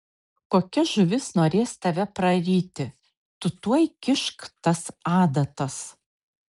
kokia žuvis norės tave praryti tu tuoj kišk tas adatas